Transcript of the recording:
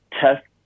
test